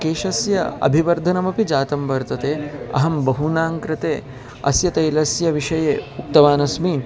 केशस्य अभिवर्धनमपि जातं वर्तते अहं बहूनां कृते अस्य तैलस्य विषये उक्तवानस्मि